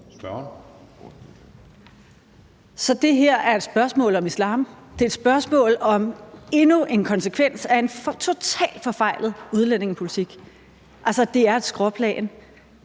Så det her er et spørgsmål om islam. Det er et spørgsmål om endnu en konsekvens af en totalt forfejlet udlændingepolitik. Altså, det er et skråplan.